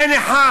אין אחד.